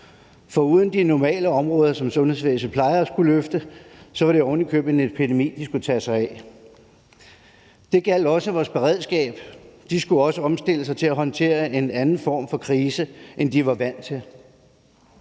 foruden de normale områder, som sundhedsvæsenet plejer at skulle løfte, var der ovenikøbet en epidemi, de skulle tage sig af. Det gjaldt også vores beredskab. De skulle også omstille sig til at håndtere en anden form for krise, end de var vant til.